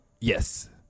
Yes